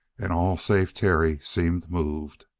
and all save terry seemed moved.